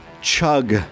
chug